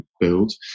build